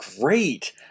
great